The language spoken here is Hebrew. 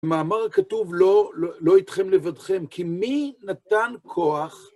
מאמר הכתוב, לא... לא אתכם לבדכם, כי מי נתן כוח?